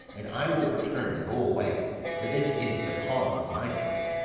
and i will return and go away for this is the cause of my coming.